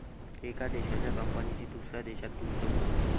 एका देशाच्या कंपनीची दुसऱ्या देशात गुंतवणूक